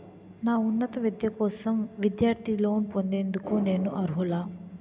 నా ఉన్నత విద్య కోసం విద్యార్థి లోన్ పొందేందుకు నేను అర్హులా?